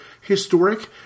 historic